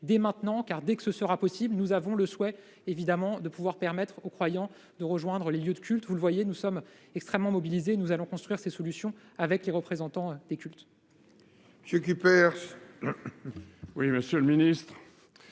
dès maintenant, car, dès que cela sera possible, nous avons le souhait de pouvoir permettre aux croyants de rejoindre ces lieux de culte. Nous sommes extrêmement mobilisés, et nous allons construire ces solutions avec les représentants des cultes.